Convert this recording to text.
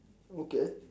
okay